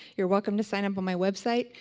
you're welcome to sign up on my website,